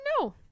no